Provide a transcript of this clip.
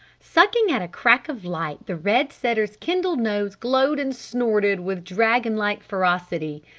sucking at a crack of light the red setter's kindled nose glowed and snorted with dragonlike ferocity.